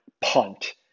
punt